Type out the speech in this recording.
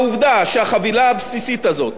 העובדה שהחבילה הבסיסית הזאת